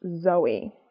Zoe